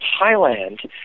Thailand